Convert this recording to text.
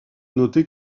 noter